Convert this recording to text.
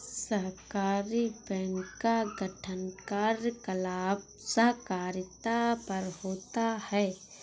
सहकारी बैंक का गठन कार्यकलाप सहकारिता पर होता है